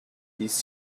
these